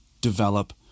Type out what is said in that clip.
develop